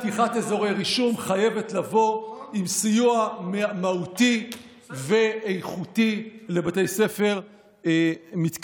פתיחת אזורי רישום חייבת לבוא עם סיוע מהותי ואיכותי לבתי ספר מתקשים.